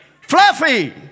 Fluffy